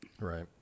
right